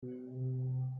them